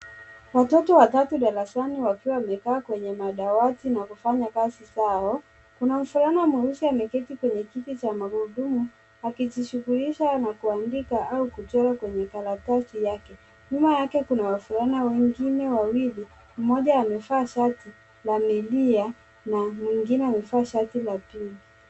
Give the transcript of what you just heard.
Watoto watatu darasani wakiwa wamekaa kwenye madawati na kufanya kazi zao. Kuna mvulana mweusi ameketi kwenye kiti cha magurudumu akijishughulisha na kuandika kwenye karatasi. Nyuma yake kuna wavulana wawili, mmoja amaevaa shati la pinki.